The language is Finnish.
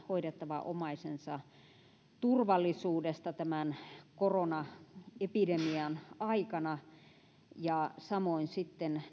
hoidettavan omaisensa turvallisuudesta tämän koronaepidemian aikana samoin sitten